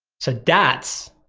so that's,